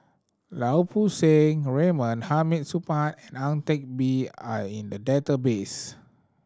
Lau Poo Seng Raymond Hamid Supaat and Ang Teck Bee are in the database